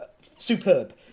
superb